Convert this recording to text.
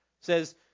says